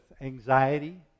anxiety